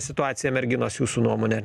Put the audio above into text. situaciją merginos jūsų nuomone